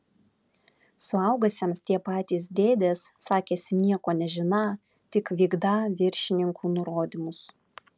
suaugusiems tie patys dėdės sakėsi nieko nežiną tik vykdą viršininkų nurodymus